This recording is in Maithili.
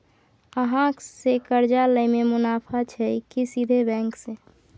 अहाँ से कर्जा लय में मुनाफा छै की सीधे बैंक से?